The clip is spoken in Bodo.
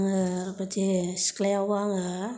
आंङो बिदि सिख्लायावबो आङो